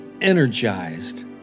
energized